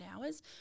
hours